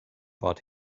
bad